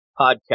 podcast